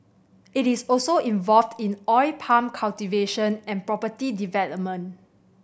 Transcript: it is also involved in oil palm cultivation and property development